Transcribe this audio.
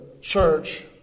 church